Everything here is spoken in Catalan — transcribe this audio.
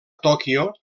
tòquio